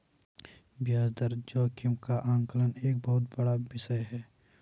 ब्याज दर जोखिम का आकलन एक बहुत बड़ा विषय है